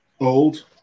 old